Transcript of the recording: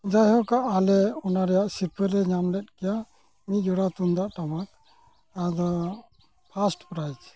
ᱡᱟᱭᱦᱳᱠ ᱟᱞᱮ ᱚᱱᱟᱨᱮᱭᱟᱜ ᱥᱤᱨᱯᱟᱹᱞᱮ ᱧᱟᱢᱞᱮᱫ ᱜᱮᱭᱟ ᱢᱤᱫ ᱡᱚᱲᱟ ᱛᱩᱢᱫᱟᱹᱜᱼᱴᱟᱢᱟᱠ ᱟᱫᱚ ᱯᱷᱟᱥᱴ ᱯᱨᱟᱭᱤᱡᱽ